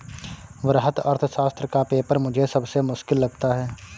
वृहत अर्थशास्त्र का पेपर मुझे सबसे मुश्किल लगता है